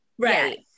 Right